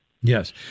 Yes